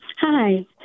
Hi